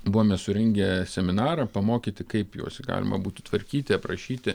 buvome surengę seminarą pamokyti kaip juos galima būtų tvarkyti aprašyti